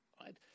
right